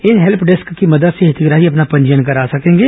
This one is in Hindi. इन हेल्प डेस्क की मदद से हितग्राही अपना पंजीयन करा सकेंगे